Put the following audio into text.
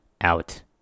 out